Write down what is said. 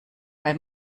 bei